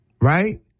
Right